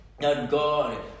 God